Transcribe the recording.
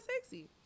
sexy